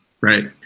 right